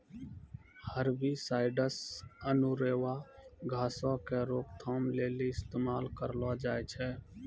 herbicides अनेरुआ घासो के रोकथाम लेली इस्तेमाल करलो जाय छै